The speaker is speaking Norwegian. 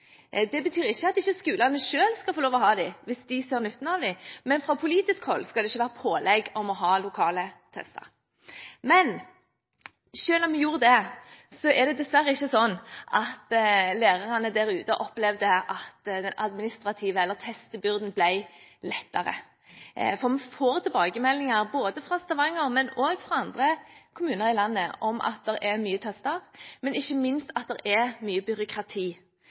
Det betyr ikke at ikke skolene selv skal få lov å ha dem, hvis de ser nytten av dem, men fra politisk hold skal det ikke være pålegg om å ha lokale tester. Selv om vi gjorde det, er det dessverre ikke sånn at lærerne der ute opplevde at den administrative byrden, eller testbyrden, ble lettere. Vi får tilbakemeldinger fra Stavanger, men også fra andre kommuner i landet om at det er mye tester, og ikke minst at det er mye byråkrati.